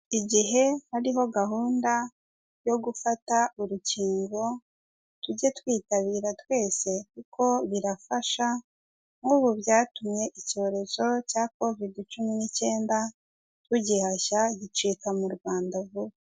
Igihe hariho gahunda yo gufata urukingo tujye twitabira twese kuko birafasha nk'ubu byatumye icyorezo cya Kovide cumi n'icyenda tugihashya gicika mu Rwanda vuba.